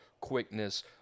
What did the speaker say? quickness